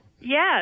Yes